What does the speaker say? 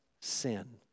sin